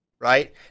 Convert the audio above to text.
Right